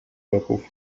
kroków